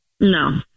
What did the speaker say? No